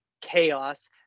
chaos